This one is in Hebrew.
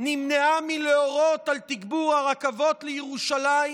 נמנעה מלהורות על תגבור הרכבות לירושלים